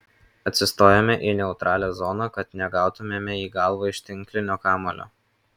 atsistojame į neutralią zoną kad negautumėme į galvą iš tinklinio kamuolio